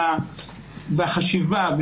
החשיבה,